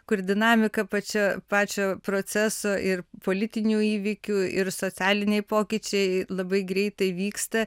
kur dinamika pačia pačio proceso ir politinių įvykių ir socialiniai pokyčiai labai greitai vyksta